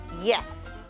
Yes